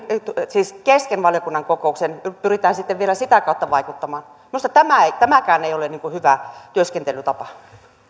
siis kesken valiokunnan kokouksen pyritään sitten vielä sitä kautta vaikuttamaan minusta tämäkään ei ole hyvä työskentelytapa